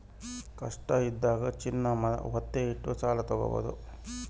ಕಷ್ಟ ಇದ್ದಾಗ ಚಿನ್ನ ವತ್ತೆ ಇಟ್ಟು ಸಾಲ ತಾಗೊಬೋದು